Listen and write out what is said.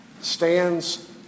stands